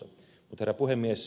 herra puhemies